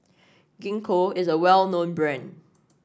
Gingko is a well known brand